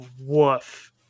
woof